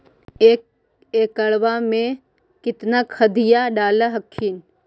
एक एकड़बा मे कितना खदिया डाल हखिन?